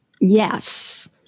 Yes